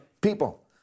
people